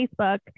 Facebook